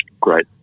great